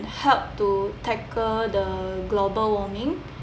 help to tackle the global warming